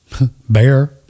bear